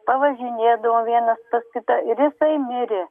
pavažinėdavom vienas pas kitą ir jisai mirė